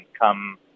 come